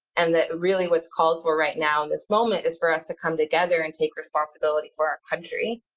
and that really what's called we're right now in this moment is for us to come together and take responsibility for our country,